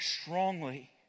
strongly